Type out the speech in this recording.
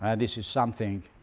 and this is something